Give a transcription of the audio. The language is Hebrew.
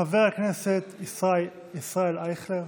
חבר הכנסת ישראל אייכלר,